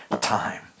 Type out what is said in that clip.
time